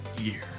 year